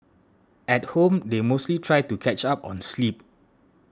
at home they mostly try to catch up on sleep